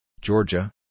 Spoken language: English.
Georgia